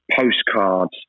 postcards